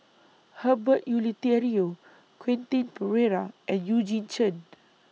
Herbert Eleuterio Quentin Pereira and Eugene Chen